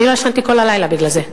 אני לא ישנתי כל הלילה בגלל זה.